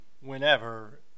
whenever